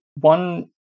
one